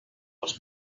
els